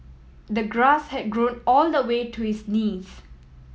the grass had grown all the way to his knees